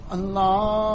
Allah